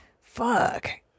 Fuck